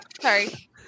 Sorry